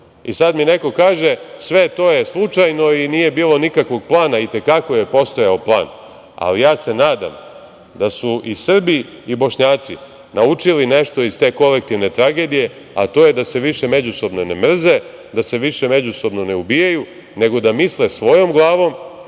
neka mi neko kaže da je sve to slučajno i nije bilo nikakvog plana. I te kako je postojao plan, ali se nadam da su i Srbi i Bošnjaci naučili nešto iz te kolektivne tragedije, a to je da se više međusobno ne mrze, da se više međusobno ne ubijaju, nego da misle svojom glavom,